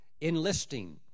enlisting